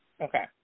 Okay